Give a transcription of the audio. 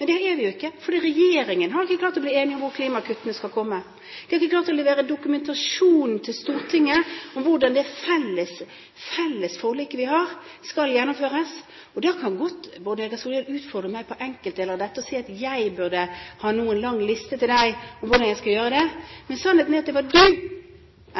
Men der er vi jo ikke, for regjeringen har ikke klart å bli enig om hvor klimakuttene skal komme. De har ikke klart å levere dokumentasjon til Stortinget om hvordan det felles forliket vi har, skal gjennomføres. Da kan godt Bård Vegar Solhjell utfordre meg på enkeltdeler av dette og si at jeg nå burde ha en lang liste om hvordan jeg skal gjøre det. Sannheten er at det